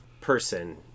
person